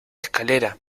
escalera